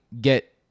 get